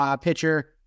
pitcher